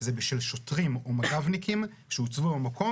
זה בשל שוטרים ומג"בניקים שהוצבו במקום